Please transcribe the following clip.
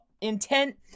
intent